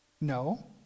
No